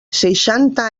seixanta